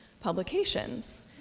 publications